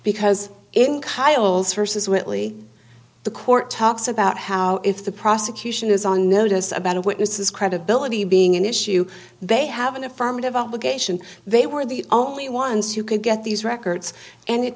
because in trials versus whitley the court talks about how if the prosecution is on notice about a witness his credibility being an issue they have an affirmative obligation they were the only ones who could get these records and it